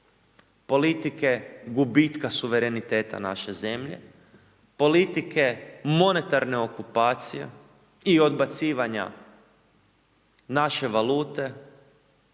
politike gubitka suvereniteta naše zemlje, politike monetarne okupacije i odbacivanja naše valute